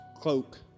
cloak